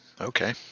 Okay